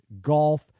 golf